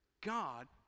God